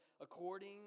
according